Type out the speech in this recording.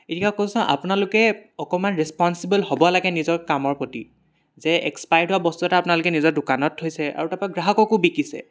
আপোনালোকে অকণমাণ ৰেস্প'নছিবল হ'ব লাগে নিজৰ কামৰ প্ৰতি যে এক্সপায়াৰ্ড হোৱা বস্তু এটা অপোনালোকে নিজৰ দোকানত থৈছে আৰু তাৰপা গ্ৰাহককো বিকিছে